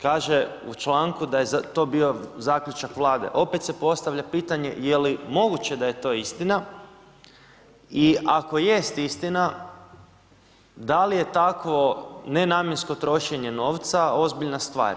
Kaže u članku da je to bio zaključak Vlade, opet se postavlja pitanje je li moguće da je to istina i ako jest istina, da li je takvo nenamjensko trošenje novca ozbiljna stvar?